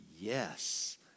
Yes